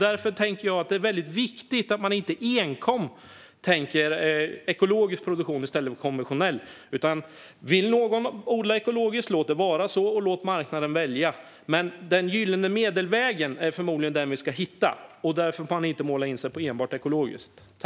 Därför tycker jag att det är väldigt viktigt att inte enbart tänka ekologisk produktion i stället för konventionell. Om någon vill odla ekologiskt, låt det vara så och låt marknaden välja. Men den gyllene medelvägen är förmodligen den vi ska hitta. Därför får man inte måla in sig på enbart ekologiskt.